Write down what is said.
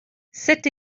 cette